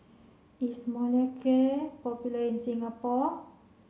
is Molicare popular in Singapore